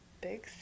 Big